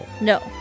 No